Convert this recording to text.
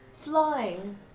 Flying